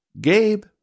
Gabe